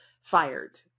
fired